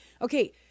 Okay